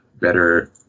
better